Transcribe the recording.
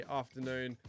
afternoon